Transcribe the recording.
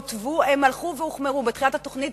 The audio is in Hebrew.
בוא נעשה ככה